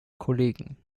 kollegen